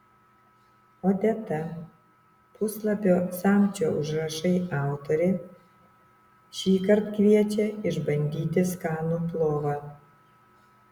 odeta puslapio samčio užrašai autorė šįkart kviečia išbandyti skanų plovą